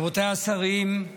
רבותיי השרים,